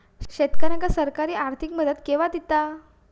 शेतकऱ्यांका सरकार आर्थिक मदत केवा दिता?